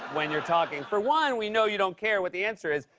when you're talking. for one, we know you don't care what the answer is.